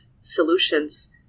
solutions